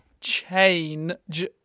change